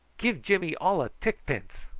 give jimmy all a tickpence.